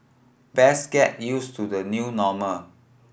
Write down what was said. best get used to the new normal